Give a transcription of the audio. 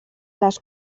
les